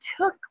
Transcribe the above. took